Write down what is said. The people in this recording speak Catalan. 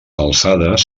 alçades